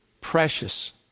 precious